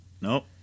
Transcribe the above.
Nope